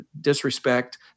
disrespect